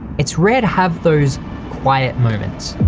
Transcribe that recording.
it's rare to have those quiet moments.